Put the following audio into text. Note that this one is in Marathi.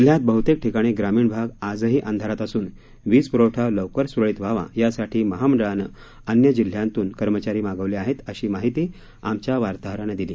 जिल्ह्यात बह्तेक ठिकाणी ग्रामीण भाग आजही अंधारात असून वीज प्रवठा लवकर सूरळीत व्हावा यासाठी महामंडळानं अन्य जिल्हयातून कर्मचारी मागविले आहेत अशी माहिती आमच्या वार्ताहरानं दिली